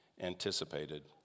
anticipated